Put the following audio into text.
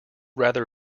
rather